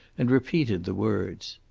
and repeated the words.